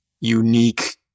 unique